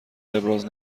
ابراز